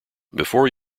before